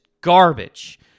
garbage